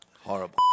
Horrible